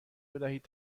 بدهید